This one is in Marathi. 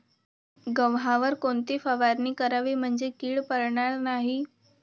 गव्हावर कोणती फवारणी करावी म्हणजे कीड पडणार नाही?